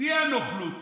שיא הנוכלות.